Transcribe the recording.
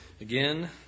Again